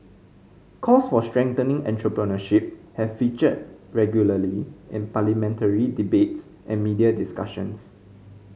calls for strengthening entrepreneurship have featured regularly in parliamentary debates and media discussions